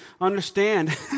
understand